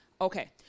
okay